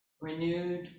renewed